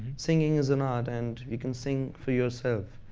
singing is an art and you can sing for yourself.